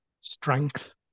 strength